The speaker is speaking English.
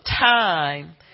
time